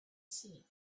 seen